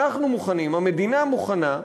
אנחנו מוכנים, המדינה מוכנה,